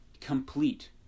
complete